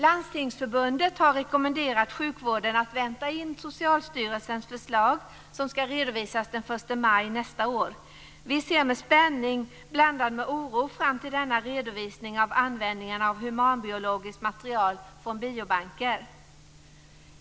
Landstingsförbundet har rekommenderat sjukvården att vänta in Socialstyrelsens förslag, som ska redovisas den 1 maj nästa år. Vi ser med spänning blandad med oro fram emot denna redovisning av användningen av humanbiologiskt material från biobanker.